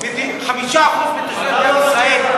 5% מתושבי מדינת ישראל,